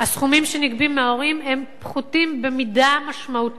הסכומים שנגבים מההורים פחותים במידה משמעותית